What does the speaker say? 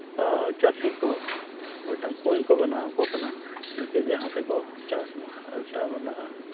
ᱪᱟᱹᱥᱤ ᱠᱚ ᱢᱤᱫᱴᱟᱝ ᱠᱩᱧ ᱠᱚ ᱵᱮᱱᱟᱣᱟᱠᱚ ᱠᱟᱱᱟ ᱤᱱᱠᱟᱹ ᱡᱟᱦᱟᱸ ᱛᱮᱠᱚ ᱪᱟᱥᱢᱟ ᱟᱨ ᱢᱤᱫᱴᱟᱝ ᱢᱮᱱᱟᱜᱼᱟ